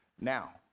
Now